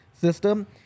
system